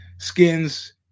Skins